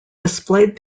displayed